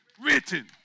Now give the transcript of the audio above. written